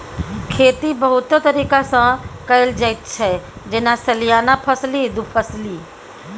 खेती बहुतो तरीका सँ कएल जाइत छै जेना सलियाना फसली, दु फसली